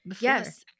Yes